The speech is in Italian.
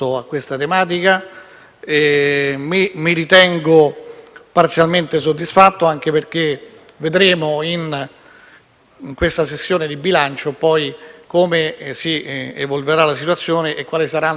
della sua risposta, anche perché vedremo poi, in questa sessione di bilancio, come evolverà la situazione e quali saranno le misure concrete per andare incontro